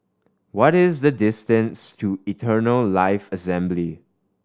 what is the distance to Eternal Life Assembly